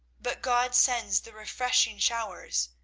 but god sends the refreshing showers,